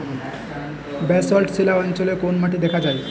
Basalt শিলা অঞ্চলে কোন মাটি দেখা যায়?